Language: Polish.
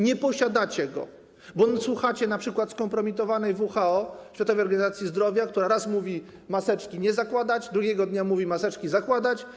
Nie posiadacie go, bo słuchacie np. skompromitowanego WHO, Światowej Organizacji Zdrowia, która raz mówi: maseczek nie zakładać, drugiego dnia mówi: maseczki zakładać.